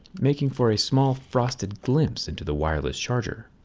making for a small frosting glimpse into the wireless charger.